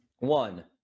One